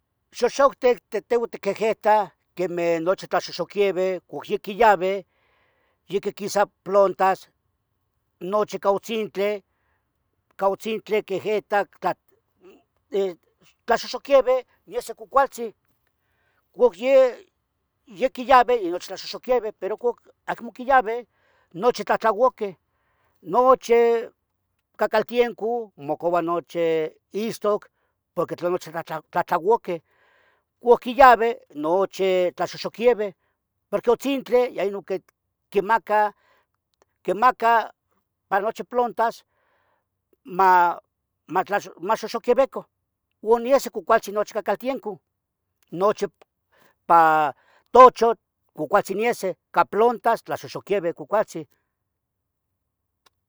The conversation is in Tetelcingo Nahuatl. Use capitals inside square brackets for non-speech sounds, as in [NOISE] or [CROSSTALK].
Xoxoctic teguan tequehetah, quemeh nochi tlaxoxoquivi, uoc yaquiyavi ya quihquisah plantas nochi coutzintle, causintli quehetah [HESITATION] tlaxoxoquivi y eso cocualtzin coc yeh ya quiyavi, nochi tlaxoxoquivi, pero cuac amo quiyavi, nochi tlohtlouaqui. Nochi cacaltienco mocava nochi istoc porque tla nochi tlahtlauaqui uo quiyave nochi tlaxoxoquivi porqui atzinti quimacah pa nochi plontas [HESITATION] maxoxoquivican uon iso ocachi caltienco nochi pa tochoh cualtzin niese ico plonta, tlaxoxoquivi cualtzin.